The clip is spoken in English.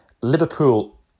Liverpool